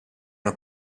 una